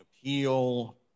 appeal